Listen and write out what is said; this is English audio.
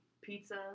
pizza